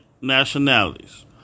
nationalities